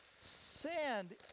sand